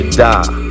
die